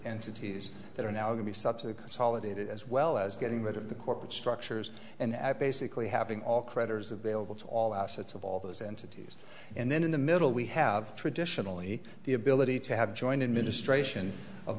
entities that are now going to be subsequence all of it as well as getting rid of the corporate structures and basically having all creditors available to all assets of all those entities and then in the middle we have traditionally the ability to have joined in ministration of